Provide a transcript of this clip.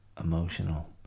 emotional